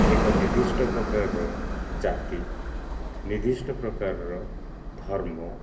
ଏକ ନିର୍ଦ୍ଦିଷ୍ଟ ପ୍ରକାରର ଜାତି ନିର୍ଦ୍ଦିଷ୍ଟ ପ୍ରକାରର ଧର୍ମ